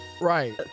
Right